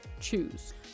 choose